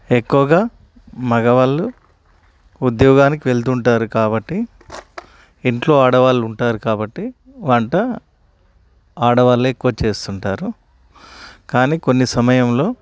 ఎక్కువగా మగవాళ్ళు ఉద్యోగానికి వెళుతుంటారు కాబట్టి ఇంట్లో ఆడవాళ్ళు ఉంటారు కాబట్టి వంట ఆడవాళ్ళే ఎక్కువ చేస్తుంటారు కానీ కొన్ని సమయంలో